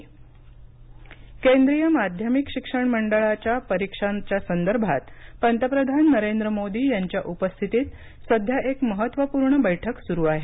पंतप्रधान नरेंद्र मोदी केंद्रीय माध्यमिक शिक्षण मंडळाच्या परीक्षांच्या संदर्भात पंतप्रधान नरेंद्र मोदी यांच्या उपस्थितीत सध्या एक महत्त्वपूर्ण बैठक सुरू आहे